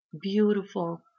beautiful